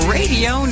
Radio